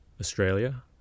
Australia